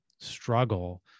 struggle